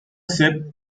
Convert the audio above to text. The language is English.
sip